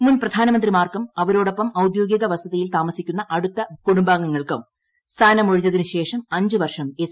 മുൻപ്രധാനമന്ത്രിമാർക്കും അവരോടൊപ്പം ഔദ്യോഗിക വസതിയിൽ താമസിക്കുന്ന അടുത്ത കുടുംബാംഗങ്ങൾക്കും സ്ഥാനമൊഴിഞ്ഞതിനുശേഷം അഞ്ച് വർഷം എസ്